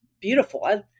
beautiful